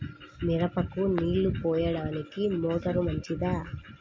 మిరపకు నీళ్ళు పోయడానికి మోటారు మంచిదా?